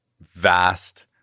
vast